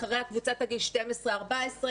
אחריה קבוצת הגיל 12 14,